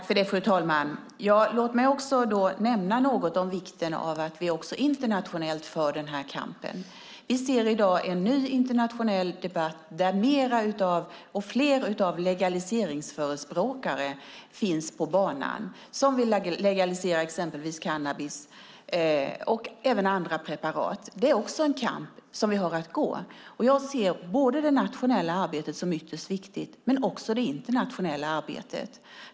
Fru talman! Låt mig nämna något om vikten av att vi för kampen även internationellt. Vi ser i dag en ny internationell debatt med fler legaliseringsförespråkare på banan. De vill legalisera exempelvis cannabis och även andra preparat. Också det är en kamp som vi har att föra. Jag ser det nationella arbetet som ytterst viktigt, men också det internationella.